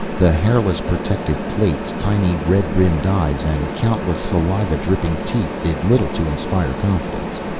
the hairless protective plates, tiny red-rimmed eyes, and countless, saliva-dripping teeth did little to inspire confidence.